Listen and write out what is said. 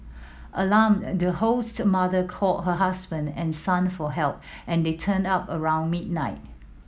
alarmed the host's mother called her husband and son for help and they turned up around midnight